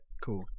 Cool